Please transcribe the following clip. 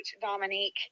Dominique